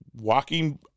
walking